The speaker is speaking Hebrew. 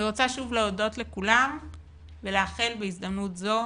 אני רוצה שוב להודות לכולם ולאחל בהזדמנות זו